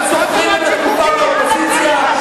הם זוכרים את התקופה באופוזיציה,